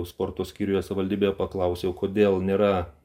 sporto skyriuje savivaldybėje paklausiau kodėl nėra